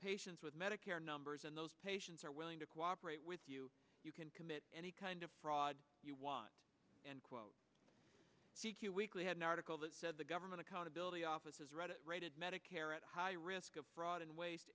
patients with medicare numbers and those patients are willing to cooperate with you you can commit any kind of fraud you want and quote weekly had an article that said the government accountability office has read it rated medicare at high risk of fraud and waste